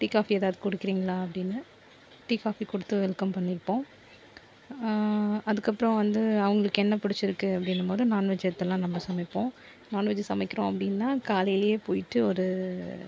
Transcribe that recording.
tea coffee எதாவது குடிக்கிறிங்களா அப்படினு டீ காஃபி கொடுத்து வெல்கம் பண்ணிப்போம் அதுக்கு அப்புறம் வந்து அவங்களுக்கு என்ன பிடிச்சிருக்கு அப்படினுமோது நான்வெஜ் எடுத்துலாம் நம்ப சமைப்போம் நான்வெஜி சமைக்கிறோம் அப்படின்னா காலைல போய்விட்டு ஒரு